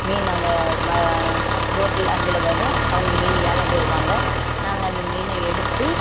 மீன் அங்கே ம போட்டில் லாஞ்சில் வரும் அவங்க மீன் ஏலம் கூறுவாங்க நாங்கள் அந்த மீனை எடுத்து